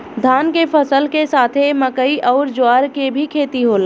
धान के फसल के साथे मकई अउर ज्वार के भी खेती होला